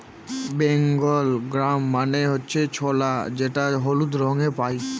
Bengal gram মানে হচ্ছে ছোলা যেটা হলুদ রঙে পাই